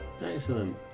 excellent